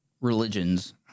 religions